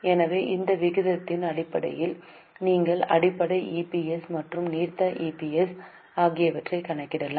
எனவே இந்த விகிதத்தின் அடிப்படையில் நீங்கள் அடிப்படை இபிஎஸ் மற்றும் நீர்த்த இபிஎஸ் ஆகியவற்றைக் கணக்கிடலாம்